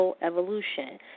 Evolution